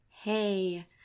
Hey